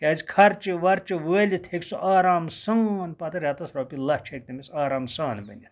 کیاز خَرچہِ وَرچہِ وٲلِتھ ہیٚکہٕ سُہ آرام سان پَتہٕ رٮ۪تَس رۄپیہٕ لَچھ ہیٚکہٕ تٔمِس آرام سان بٔنِتھ